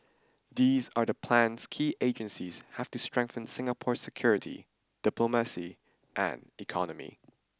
these are the plans key agencies have to strengthen Singapore's security diplomacy and economy